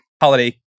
holiday